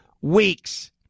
weeks